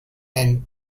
and